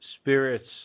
spirits